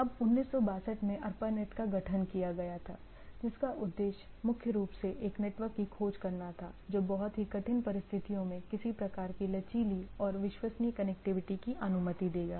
अब 1962 में ARPANET का गठन किया गया था जिसका उद्देश्य मुख्य रूप से एक नेटवर्क की खोज करना था जो बहुत ही कठिन परिस्थितियों में किसी प्रकार की लचीली और विश्वसनीय कनेक्टिविटी की अनुमति देगा